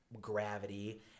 Gravity